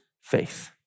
faith